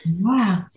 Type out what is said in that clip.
wow